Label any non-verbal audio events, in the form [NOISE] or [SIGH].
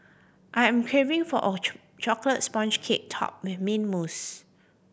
I am craving for a [UNINTELLIGIBLE] chocolate sponge cake topped with mint mousse